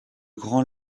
grand